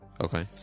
Okay